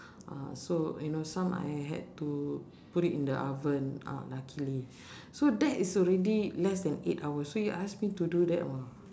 ah so you know some I had to put it in the oven ah luckily so that is already less than eight hours so you ask me to do that !wah!